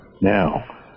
now